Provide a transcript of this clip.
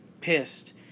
pissed